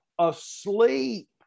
asleep